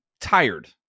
tired